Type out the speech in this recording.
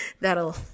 that'll